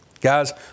Guys